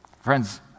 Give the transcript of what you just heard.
friends